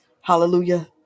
Hallelujah